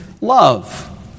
love